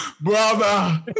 brother